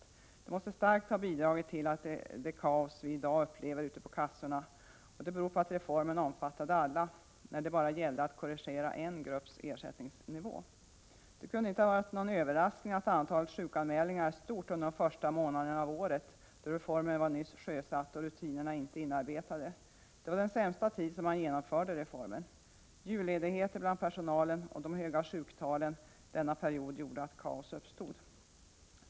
Detta måste starkt ha bidragit till det kaos vi i dag upplever ute på kassorna. Det beror på att reformen omfattade alla, när det bara gällde att korrigera en grupps ersättningsnivå. Det kunde inte ha kommit som någon överraskning att antalet sjukanmälningar skulle bli stort under de första månaderna av året, då reformen var ny och rutinerna inte inarbetade. Det var under den sämsta tiden som man genomförde reformen. Julledigheter bland personalen och de höga sjuktalen under denna period gjorde att kaos uppstod.